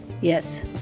Yes